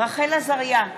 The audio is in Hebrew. רחל עזריה,